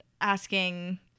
asking